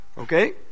Okay